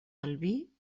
albí